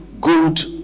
good